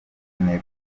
intego